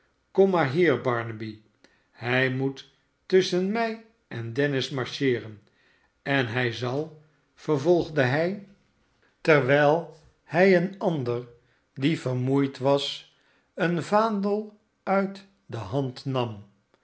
jkom maar hier barnaby hij moet tusschen mij en dennis marcheeren en hij zal vervolgde hij terwijl hij een barnaby rudge ander die vermoeid was een vaandel uit de hand nam